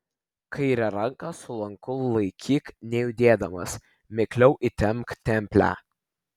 kairę ranką su lanku laikyk nejudėdamas mikliau įtempk templę